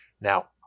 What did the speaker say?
Now